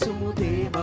will be